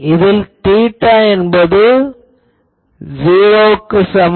இதில் தீட்டா என்பது '0' க்கு சமம்